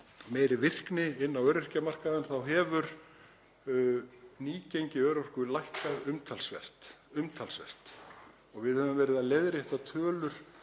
meiri virkni inn hjá öryrkjum þá hefur nýgengi örorku lækkað umtalsvert. Við höfum verið að leiðrétta tölur